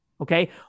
Okay